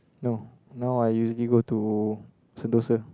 no now I usually go to Sentosa